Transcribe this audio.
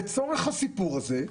לצורך הסיפור הזה,